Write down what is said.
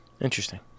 interesting